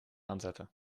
aanzetten